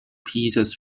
pieces